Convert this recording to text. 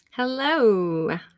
Hello